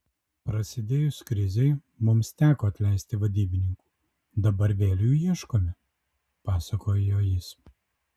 prasidėjus krizei mums teko atleisti vadybininkų dabar vėl jų ieškome pasakojo jis